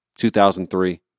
2003